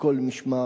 מכל משמר.